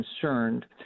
concerned